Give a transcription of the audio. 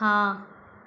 हाँ